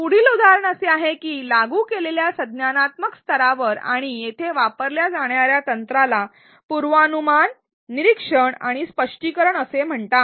पुढील उदाहरण असे आहे की लागू केलेल्या संज्ञानात्मक स्तरावर आणि येथे वापरल्या जाणार्या तंत्राला पूर्वानुमान निरीक्षण आणि स्पष्टीकरण असे म्हणतात